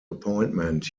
appointment